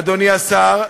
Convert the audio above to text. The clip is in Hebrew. אדוני השר,